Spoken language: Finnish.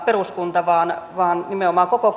peruskunta vaan vaan nimenomaan koko